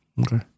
Okay